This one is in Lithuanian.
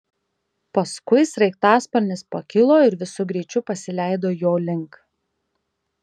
paskui sraigtasparnis pakilo ir visu greičiu pasileido jo link